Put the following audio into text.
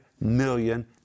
million